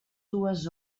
dues